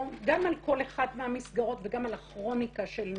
גם על כל אחת מהמסגרות וגם על הכרוניקה של מיסוד.